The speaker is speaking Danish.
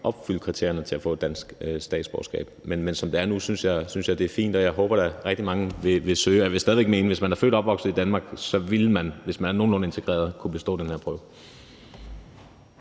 opfylde kriterierne for at få et dansk statsborgerskab. Men som det er nu, synes jeg, det er fint, og jeg håber da, at rigtig mange vil søge. Jeg vil stadig væk mene, at hvis man er født og opvokset i Danmark, vil man, hvis man er nogenlunde integreret, kunne bestå den her prøve.